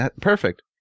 Perfect